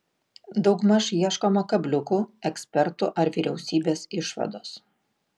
daugmaž ieškoma kabliukų ekspertų ar vyriausybės išvados